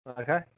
Okay